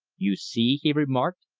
you see, he remarked,